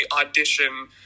audition